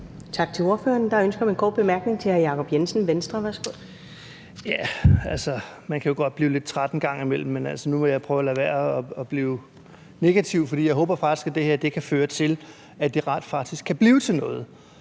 Tak til ordføreren. Der er ønske om en kort bemærkning fra hr. Jacob Jensen, Venstre. Værsgo. Kl. 20:06 Jacob Jensen (V): Man kan jo godt blive lidt træt en gang imellem, men nu vil jeg prøve at lade være at blive negativ, for jeg håber faktisk, at det her kan føre til, at det rent faktisk kan blive til noget.